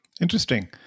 interesting